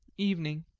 evening.